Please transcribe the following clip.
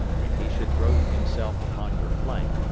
if he should throw himself upon your flank,